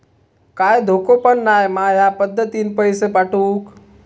काय धोको पन नाय मा ह्या पद्धतीनं पैसे पाठउक?